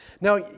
Now